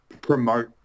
promote